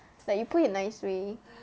like you put it in nice way